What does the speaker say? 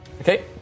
Okay